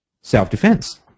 Self-defense